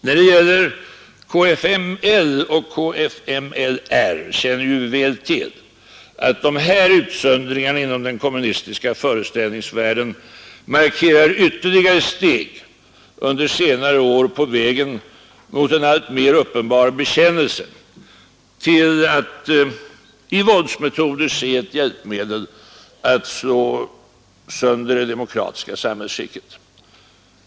När det gäller kfml och kfml känner vi väl till att de utsöndringarna inom den kommunistiska föreställningsvärlden markerar ytterligare steg under senare år på vägen mot en alltmer uppenbar bekännelse till att i våldsmetoder se ett hjälpmedel att slå sönder det demokratiska samhällsskicket.